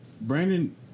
Brandon